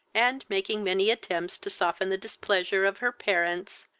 and making many attempts to soften the displeasure of her parents,